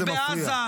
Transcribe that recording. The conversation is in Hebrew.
זה מפריע.